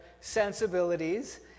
sensibilities